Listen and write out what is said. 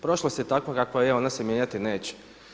Prošlost je takva kakva je, ona se mijenjati neće.